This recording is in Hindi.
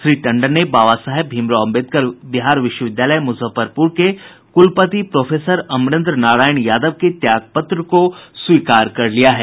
श्री टंडन ने बाबा साहेब भीमराव अम्बेदकर बिहार विश्वविद्यालय मुजफ्फरपुर के कुलपति प्रोफेसर अमरेन्द्र नारायण यादव के त्यागपत्र को स्वीकार कर लिया है